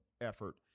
effort